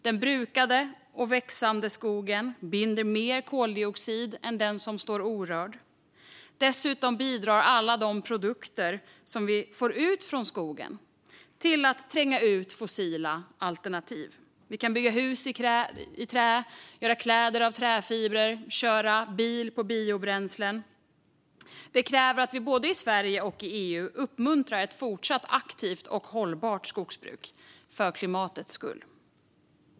Den brukade och växande skogen binder mer koldioxid än den som står orörd. Dessutom bidrar alla de produkter som vi får ut från skogen till att tränga ut fossila alternativ. Vi kan bygga hus i trä, göra kläder av träfibrer och köra bil på biobränslen. Det kräver att vi både i Sverige och i EU uppmuntrar ett fortsatt aktivt och hållbart skogsbruk för klimatets skull.